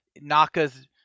Naka's